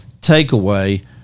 takeaway